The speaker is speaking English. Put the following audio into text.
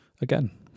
Again